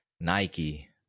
Nike